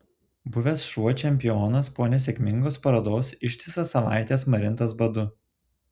buvęs šuo čempionas po nesėkmingos parodos ištisas savaites marintas badu